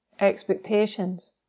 expectations